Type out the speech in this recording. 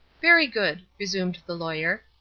very good, resumed the lawyer.